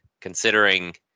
Considering